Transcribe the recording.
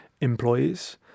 employees